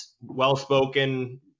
well-spoken